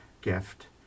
gift